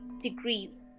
Degrees